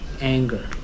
anger